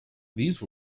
these